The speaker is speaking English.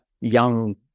young